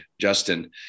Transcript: Justin